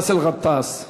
באסל גטאס.